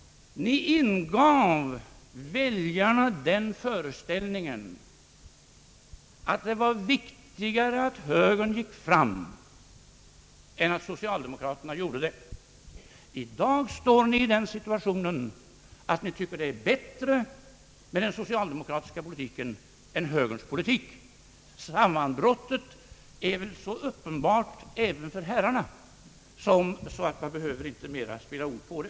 Ni ingav väljarna den föreställningen att det var viktigare att högern gick fram än att socialdedmokraterna gjorde det. I dag befinner ni er i den situationen att ni tycker det är bättre med en socialdemokratisk politik än med en högerpolitik. Sammanbrottet är väl så uppenbart även för herrarna att jag inte behöver spilla flera ord på det.